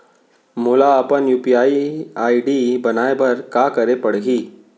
मोला अपन UPI ID बनाए बर का करे पड़ही?